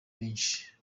benshi